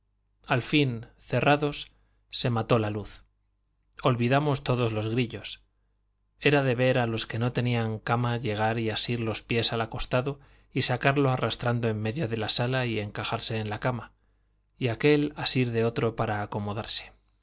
al fin cerrados se mató la luz olvidamos todos los grillos era de ver a los que no tenían cama llegar y asir de los pies al acostado y sacarlo arrastrando en medio de la sala y encajarse en la cama y aquél asir de otro para acomodarse